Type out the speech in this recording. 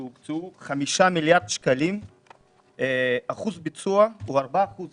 הוקצו לו חמישה מיליארד שקלים ואחוז ביצוע הוא ארבעה אחוזים.